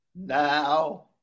Now